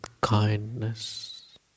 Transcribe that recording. kindness